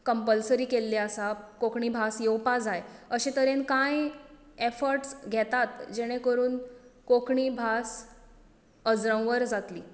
compulsory केल्ली आसा कोंकणी भास येवपा जाय अशें तरेन कांय एफर्ट्स घेतात जेणे करून कोंकणी भास अज्रंवर जातली